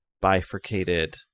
bifurcated